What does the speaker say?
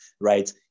right